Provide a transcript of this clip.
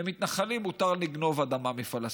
למתנחלים מותר לגנוב אדמה מפלסטינים.